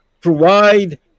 provide